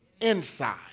inside